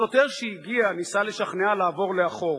השוטר שהגיע ניסה לשכנעה לעבור לאחור.